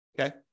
Okay